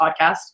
podcast